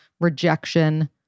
rejection